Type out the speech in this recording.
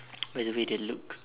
by the way they look